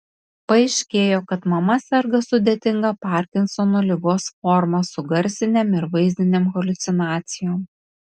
paaiškėjo kad mama serga sudėtinga parkinsono ligos forma su garsinėm ir vaizdinėm haliucinacijom